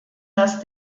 dass